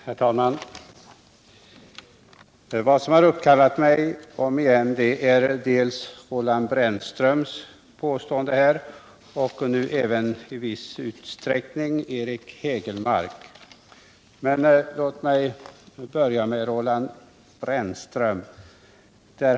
Herr talman! Vad som uppkallat mig återigen är främst Roland Brännströms påstående och i viss utsträckning Eric Hägelmarks anförande. Låt mig börja med Roland Brännström.